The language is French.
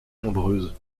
nombreuses